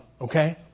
okay